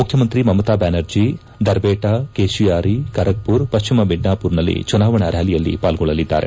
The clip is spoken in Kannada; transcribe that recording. ಮುಖ್ಯಮಂತ್ರಿ ಮಮತಾ ಬ್ಲಾನರ್ಜಿ ದರ್ಬೇಟಾ ಕೇಶಿಯಾರಿ ಕರಗ್ಮರ್ ಪಶ್ಲಿಮ ಮಿಡ್ನಾಪುರ್ನಲ್ಲಿ ಚುನಾವಣಾ ರ್ಕಾಲಿಯಲ್ಲಿ ಪಾರ್ಗೊಳ್ಳಲಿದ್ದಾರೆ